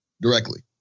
Directly